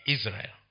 Israel